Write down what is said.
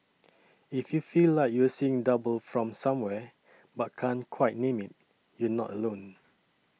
if you feel like you're seeing double from somewhere but can't quite name it you're not alone